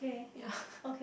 yeah